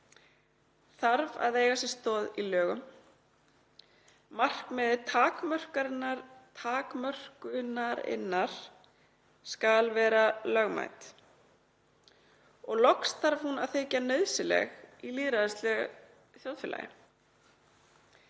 þarf að eiga sér stoð í lögum. Markmið takmörkunarinnar skal vera lögmætt og loks þarf hún að þykja nauðsynleg í lýðræðislegu þjóðfélagi.